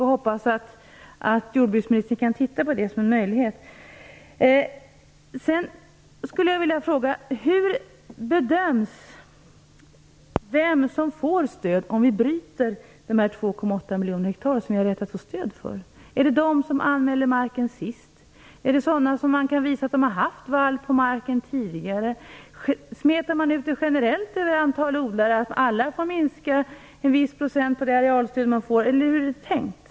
Jag hoppas att jordbruksministern kan se på det som en möjlighet. Hur bedöms vem som får stöd om vi bryter de 2,8 miljoner hektar som jag vet att vi får stöd för? Handlar det om dem som anmäler marken sist? Är det fråga om sådana som kan visa att de tidigare haft vall på marken? Smetar man ut det hela generellt över ett antal odlare - alla får minska med en viss procentsats när det gäller det arealstöd som ges - eller hur är det här tänkt?